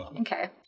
Okay